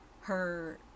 her-